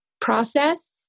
process